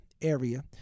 Area